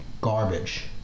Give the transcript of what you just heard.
garbage